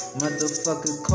motherfucker